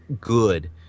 good